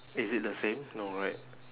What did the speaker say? is it the same no right